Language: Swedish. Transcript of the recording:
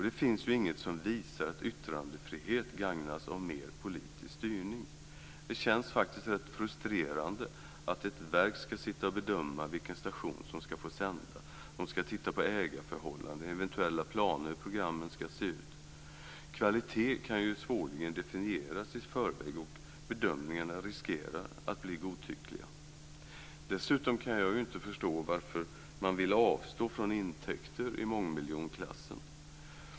Det finns inget som visar att yttrandefrihet gagnas av mer politisk styrning. Det känns faktiskt rätt frustrerande att ett verk ska sitta och bedöma vilken station som ska få sända. Man ska titta på ägarförhållanden och eventuella planer på hur programmen ska se ut. Kvalitet kan ju svårligen definieras i förväg, och bedömningarna riskerar att bli godtyckliga. Dessutom kan jag ju inte förstå varför man vill avstå från intäkter i mångmiljonklassen.